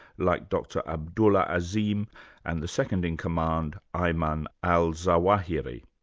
like dr abdullah azzim and the second in command, ayman al-zawahiri.